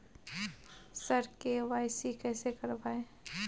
sir KYC कैसे करवाएं